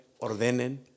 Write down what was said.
ordenen